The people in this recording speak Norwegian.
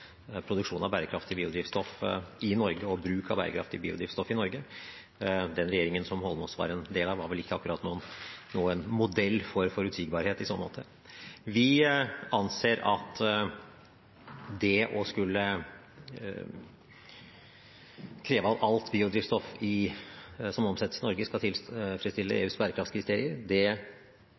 produksjon og bruk av bærekraftig biodrivstoff i Norge. Den regjeringen som Eidsvoll Holmås var en del av, var vel ikke akkurat noen modell for forutsigbarhet i så måte. Vi anser at det å skulle kreve at alt biodrivstoff som omsettes i Norge, skal